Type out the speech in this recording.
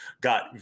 got